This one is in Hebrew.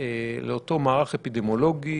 לאותו מערך אפידמיולוגי,